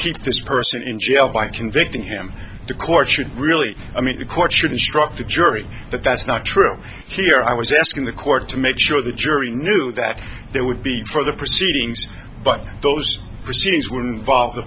keep this person in jail by convicting him the court should really i mean the court should instruct the jury that that's not true here i was asking the court to make sure the jury knew that they would be for the proceedings but those proceedings w